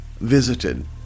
visited